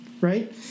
right